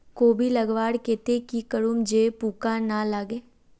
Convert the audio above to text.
कोबी लगवार केते की करूम जे पूका ना लागे?